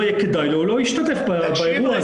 יהיה כדאי לו והוא לא ישתתף באירוע הזה.